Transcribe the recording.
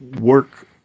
work